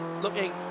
looking